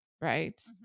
right